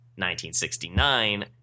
1969